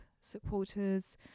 supporters